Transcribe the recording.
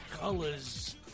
colors